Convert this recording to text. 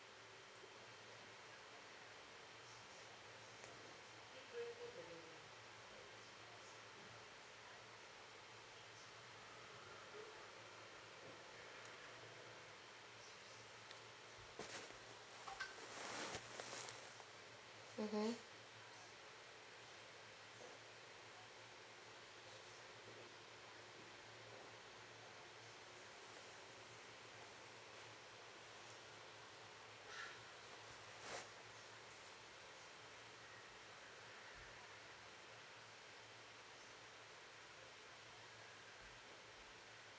mmhmm